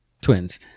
twins